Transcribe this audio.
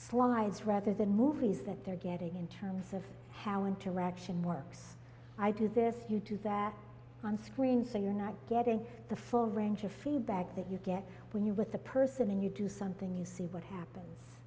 slides rather than movies that they're getting in terms of how interaction works i do this you do that on screen so you're not getting the full range of feedback that you get when you're with the person and you do something you see what happens